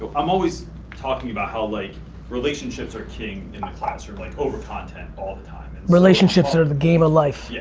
but i'm always talking about how like relationships are king in the classroom like over content, all the time. relationships are the game of life. yeah